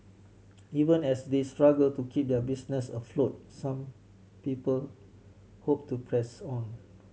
even as they struggle to keep their businesses afloat some people hope to press on